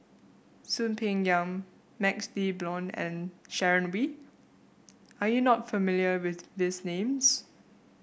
Soon Peng Yam MaxLe Blond and Sharon Wee are you not familiar with these names